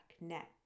neck